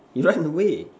he run away